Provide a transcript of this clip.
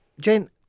Jane